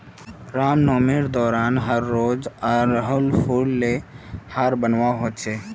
रामनवामी दौरान हर रोज़ आर हुल फूल लेयर हर बनवार होच छे